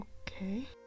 Okay